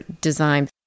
design